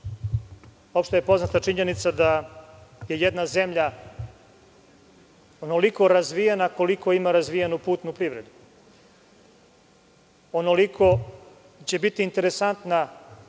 Opšte je poznata činjenica da je jedna zemlja onoliko razvijena koliko ima razvijenu putnu privredu. Onoliko će biti interesantna